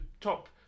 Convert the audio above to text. top